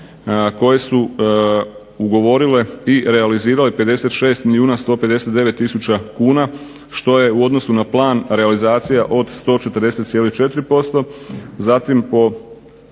koje su ugovorile i realizirale 56 milijuna 159000 kuna što je u odnosu na plan realizacija od 140,4 %. Zatim po